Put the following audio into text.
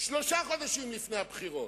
שלושה חודשים לפני הבחירות,